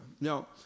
Now